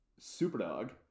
Superdog